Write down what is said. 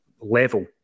level